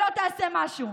שלא תעשה משהו.